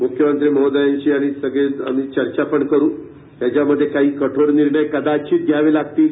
म्रख्यमंत्री महोदयांशी आम्ही सगळे चर्चा करू त्याच्यामध्ये काही कठोर निर्णय कदाचित घ्यावे लागतील